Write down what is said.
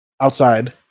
outside